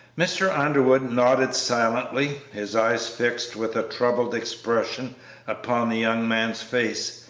mr. underwood nodded silently, his eyes fixed with a troubled expression upon the young man's face.